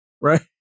right